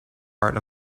art